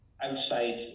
outside